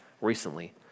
recently